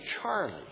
Charlie